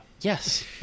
yes